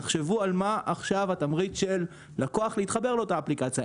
תחשבו מה התמריץ של אותו לקוח להתחבר לאותה אפליקציה.